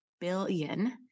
billion